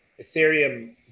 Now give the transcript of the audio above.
Ethereum